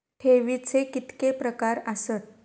ठेवीचे कितके प्रकार आसत?